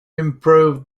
improve